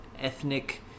ethnic